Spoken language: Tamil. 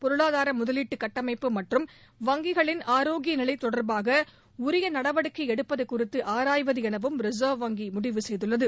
பொருளாதார முதலீட்டு கட்டமைப்பு மற்றும் வங்கிகளின் ஆரோக்கியநிலை தொடர்பாக உரிய நடவடிக்கை எடுப்பது குறித்து ஆராய்வது எனவும் ரிசர்வ் வங்கி முடிவு செய்துள்ளது